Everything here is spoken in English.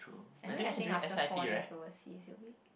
i know I think after four days overseas you'll be